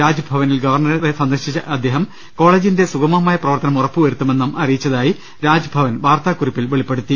രാജ്ഭവനിൽ ഗവർണറെ സന്ദർശിച്ച അദ്ദേഹം കോളേജിന്റെ സുഗമമായ പ്രവർത്തനം ഉറപ്പുവരുത്തുമെന്നും അറിയിച്ചതായി രാജ്ഭവൻ വാർത്താകുറിപ്പിൽ വെളിപ്പെടുത്തി